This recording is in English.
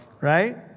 Right